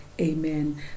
Amen